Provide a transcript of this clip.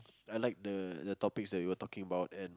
I like the the topics that we were talking about and